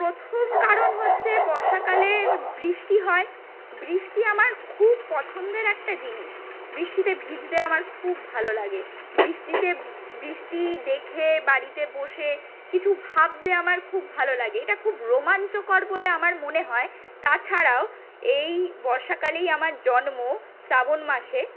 প্রথম কারণ হচ্ছে বর্ষাকালের বৃষ্টি হয় বৃষ্টি আমার খুব পছন্দের একটা জিনিস বৃষ্টিতে ভিজতে আমার খুব ভালো লাগে বৃষ্টিতে বৃষ্টি দেখে বাড়িতে বসে কিছু ভাবতে আমার খুব ভালো লাগে এটা খুব রোমাঞ্চকর বলে আমার মনে হয় তাছাড়াও এই বর্ষাকালেই আমার জন্ম শ্রাবণ মাসে